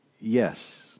yes